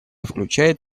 включает